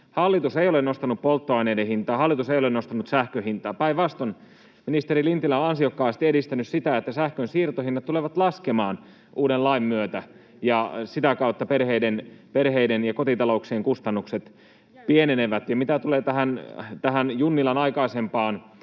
Hallitus ei ole nostanut polttoaineiden hintaa. Hallitus ei ole nostanut sähkön hintaa — päinvastoin, ministeri Lintilä on ansiokkaasti edistänyt sitä, että sähkön siirtohinnat tulevat laskemaan uuden lain myötä, ja sitä kautta perheiden ja kotitalouksien kustannukset pienenevät. Ja mitä tulee tähän Junnilan aikaisempaan